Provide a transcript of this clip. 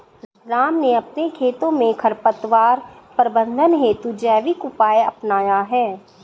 राम ने अपने खेतों में खरपतवार प्रबंधन हेतु जैविक उपाय अपनाया है